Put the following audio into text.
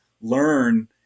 learn